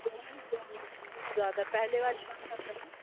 بہت زیادہ پہلے والی بات اب نہیں